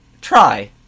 Try